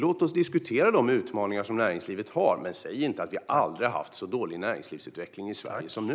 Låt oss diskutera de utmaningar som näringslivet har, men säg inte att vi aldrig har haft så dålig näringslivsutveckling i Sverige som nu!